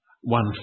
one